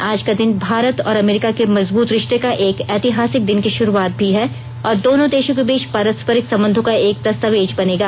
आज का दिन भारत और अमेरिका के मजबूत रिश्ते का एक ऐतिहासिक दिन की शुरूआत भी है और दोनों देशों के बीच पारस्परिक संबंधों का एक दस्तावेज बनेगा